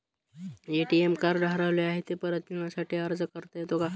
ATM card हरवले आहे, ते परत मिळण्यासाठी अर्ज करता येतो का?